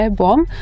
bomb